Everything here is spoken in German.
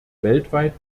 weltweit